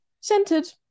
Scented